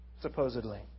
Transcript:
supposedly